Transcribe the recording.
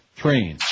train